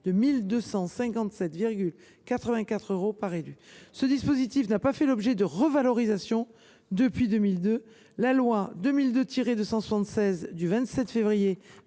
de 1 257,84 euros par élu. Ce dispositif n’a pas fait l’objet de revalorisation depuis 2002, la loi du 27 février